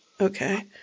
okay